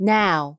now